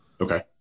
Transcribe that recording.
Okay